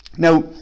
Now